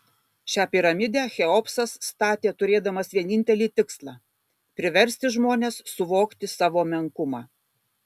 šią piramidę cheopsas statė turėdamas vienintelį tikslą priversti žmones suvokti savo menkumą